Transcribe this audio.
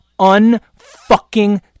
un-fucking-